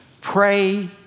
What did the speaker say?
pray